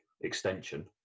extension